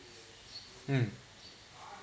mm